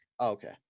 okay